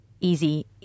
easy